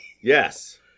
Yes